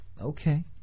Okay